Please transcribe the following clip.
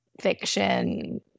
fiction